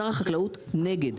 שר החקלאות נגד,